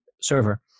server